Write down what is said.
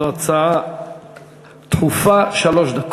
זו הצעה דחופה, שלוש דקות.